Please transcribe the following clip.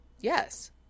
yes